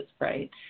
right